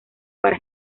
para